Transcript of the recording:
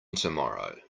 tomorrow